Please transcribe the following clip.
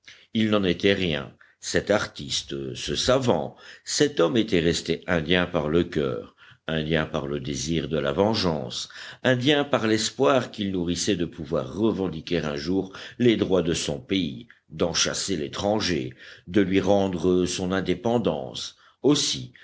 il n'en était rien cet artiste ce savant cet homme était resté indien par le coeur indien par le désir de la vengeance indien par l'espoir qu'il nourrissait de pouvoir revendiquer un jour les droits de son pays d'en chasser l'étranger de lui rendre son indépendance aussi